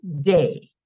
day